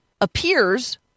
appears